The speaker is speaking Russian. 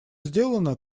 сделано